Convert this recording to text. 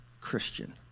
Christian